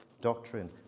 doctrine